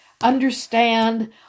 understand